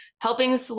helping